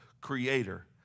creator